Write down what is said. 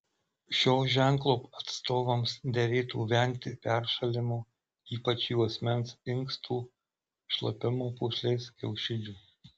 šio ženklo atstovams derėtų vengti peršalimo ypač juosmens inkstų šlapimo pūslės kiaušidžių